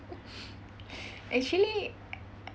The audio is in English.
actually